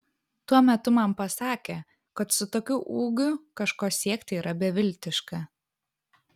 tuo metu man pasakė kad su tokiu ūgiu kažko siekti yra beviltiška